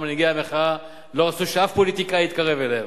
מנהיגי המחאה לא רצו שאף פוליטיקאי יתקרב אליהם,